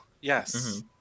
yes